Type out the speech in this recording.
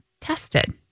tested